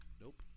Nope